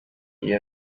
iyo